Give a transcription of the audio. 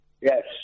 Yes